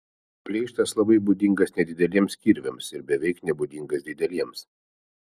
pleištas labai būdingas nedideliems kirviams ir beveik nebūdingas dideliems